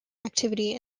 activity